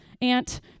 aunt